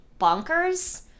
bonkers